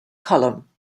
column